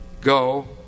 Go